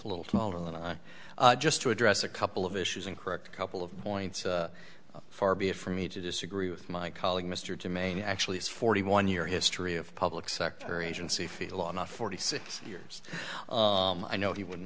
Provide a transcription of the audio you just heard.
a little smaller just to address a couple of issues and correct a couple of points far be it for me to disagree with my colleague mr to maine actually is forty one year history of public sector agency feel on a forty six years i know he wouldn't